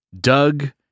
Doug